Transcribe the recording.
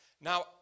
Now